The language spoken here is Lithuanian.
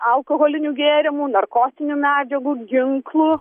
alkoholinių gėrimų narkotinių medžiagų ginklų